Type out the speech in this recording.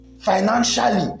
financially